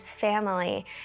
family